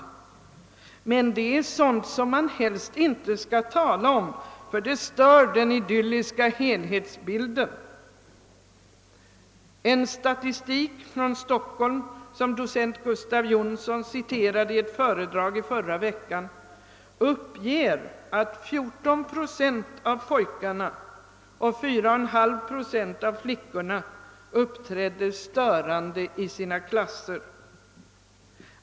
Men det är sådant som man helst inte skall tala om, ty det stör den idylliska helhetsbilden. En statistik från Stockholm som docent Gustav Jonsson citerade i ett föredrag i förra veckan visar att 14 procent av pojkarna och 4,5 procent av flickorna uppträdde störande i sina klasser.